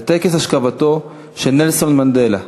לטקס אשכבתו של נלסון מנדלה,